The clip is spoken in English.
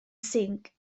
sink